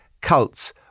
cults